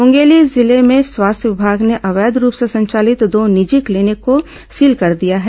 मूंगेली जिले में स्वास्थ्य विमाग ने अवैध रूप से संचालित दो निजी क्लीनिक को सील कर दिया है